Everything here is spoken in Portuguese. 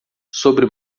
sobre